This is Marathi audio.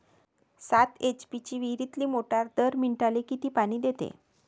सात एच.पी ची विहिरीतली मोटार दर मिनटाले किती पानी देते?